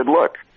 look